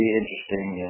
interesting